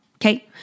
Okay